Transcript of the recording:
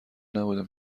نبودم